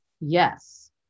Yes